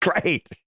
Great